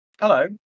Hello